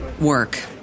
work